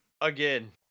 again